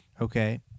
Okay